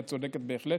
ואת צודקת בהחלט.